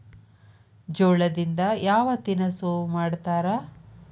ಜೋಳದಿಂದ ಯಾವ ತಿನಸು ಮಾಡತಾರ?